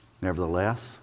Nevertheless